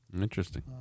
Interesting